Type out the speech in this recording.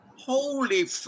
Holy